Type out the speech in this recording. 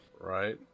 Right